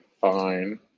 fine